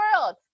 world